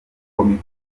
komite